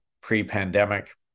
pre-pandemic